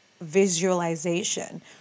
visualization